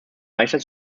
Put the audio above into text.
leichter